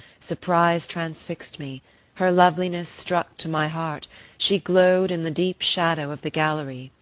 surprise transfixed me her loveliness struck to my heart she glowed in the deep shadow of the gallery,